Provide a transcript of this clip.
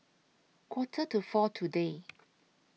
Quarter to four today